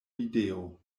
video